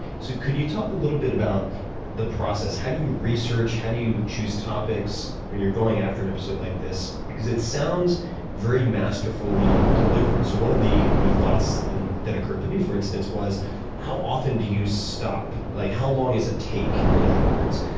so could you talk a little bit about the process? how do you research? how do you choose topics when you're going after an episode like this? because it sounds very masterfully delivered. so one of the the thoughts that occurred to me, for instance, was how often do you stop? like how long is a take, in other words,